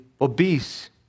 obese